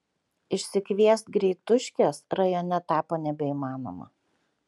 išsikviest greituškės rajone tapo nebeįmanoma